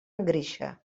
engreixa